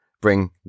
bring